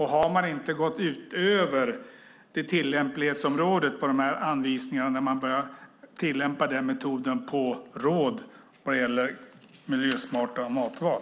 Har man inte gått utanför tillämplighetsområdet i anvisningarna när man börjar tillämpa metoden på råd när det gäller miljösmarta matval?